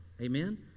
Amen